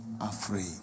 afraid